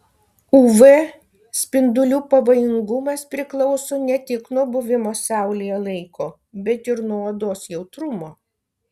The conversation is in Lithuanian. uv spindulių pavojingumas priklauso ne tik nuo buvimo saulėje laiko bet ir nuo odos jautrumo